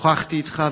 שוחחתי אתך,